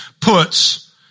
puts